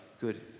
good